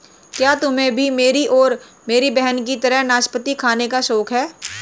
क्या तुम्हे भी मेरी और मेरी बहन की तरह नाशपाती खाने का शौक है?